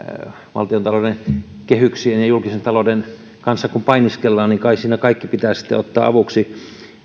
valtiontalouden kehyksien ja julkisen talouden kanssa kun painiskellaan niin kai siinä sitten kaikki pitää ottaa avuksi